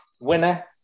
winner